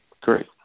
Great